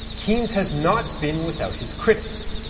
keynes has not been without his critics.